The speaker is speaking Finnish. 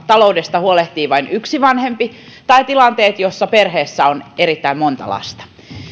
taloudesta huolehtii vain yksi vanhempi tai tilanteet joissa perheessä on erittäin monta lasta